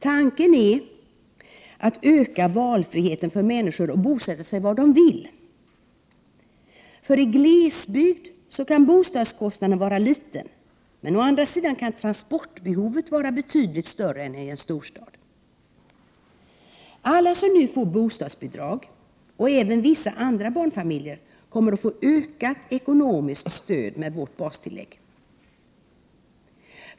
Tanken är att man skall öka människors valfrihet att bosätta sig var de vill. I glesbygd kan bostadskostnaden vara liten, men å andra sidan kan transportbehovet vara betydligt större än i en storstad. Alla som nu får bostadsbidrag, och även vissa andra barnfamiljer, kommer att få ökat ekonomiskt stöd med vårt bastillägg.